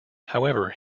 however